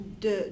de